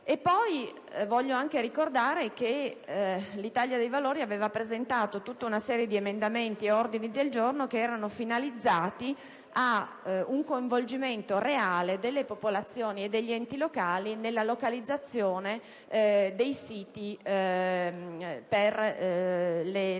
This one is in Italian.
Voglio anche ricordare che l'Italia dei Valori aveva presentato tutta una serie di emendamenti e ordini del giorno che erano finalizzati a un coinvolgimento reale delle popolazioni e degli enti locali nella localizzazione dei siti per le centrali